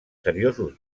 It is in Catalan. seriosos